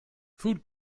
food